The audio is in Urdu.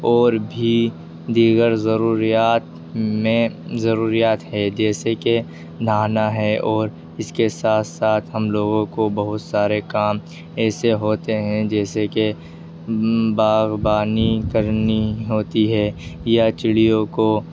اور بھی دیگر ضروریات میں ضروریات ہے جیسے کہ نہانا ہے اور اس کے ساتھ ساتھ ہم لوگوں کو بہت سارے کام ایسے ہوتے ہیں جیسے کہ باغبانی کرنی ہوتی ہے یا چڑیوں کو